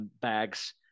Bags